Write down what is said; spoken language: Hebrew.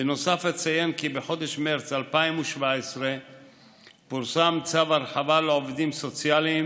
בנוסף אציין כי בחודש מרץ 2017 פורסם צו הרחבה לעובדים סוציאליים